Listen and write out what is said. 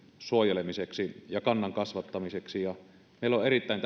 suojelemiseksi ja kannan kasvattamiseksi ja meille on erittäin